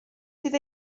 sydd